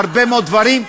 בהרבה מאוד דברים.